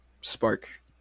spark